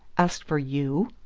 asked for you?